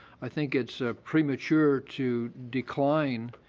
i think it's premature to decline,